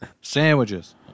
Sandwiches